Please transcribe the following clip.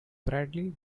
bradley